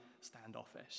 standoffish